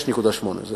6.8 מיליוני שקלים.